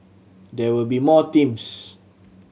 there will be more teams